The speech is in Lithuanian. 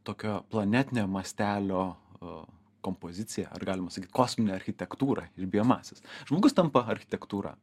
tokio planetinę mastelio kompoziciją ar galima sakyt kosminę architektūrą ir biomasės žmogus tampa architektūra